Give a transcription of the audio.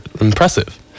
impressive